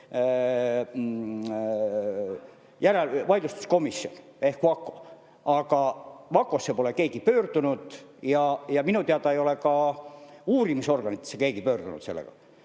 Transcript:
vaidlustuskomisjon ehk VAKO, aga sinna pole keegi pöördunud ja minu teada ei ole ka uurimisorganitesse keegi pöördunud sellega.